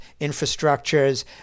infrastructures